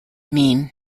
mean